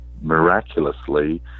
miraculously